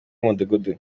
w’umudugudu